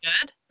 good